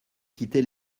quitter